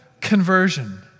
conversion